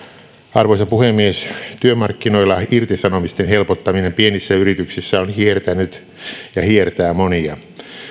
arvoisa puhemies työmarkkinoilla irtisanomisten helpottaminen pienissä yrityksissä on hiertänyt ja hiertää monia